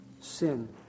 sin